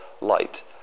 light